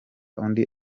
undi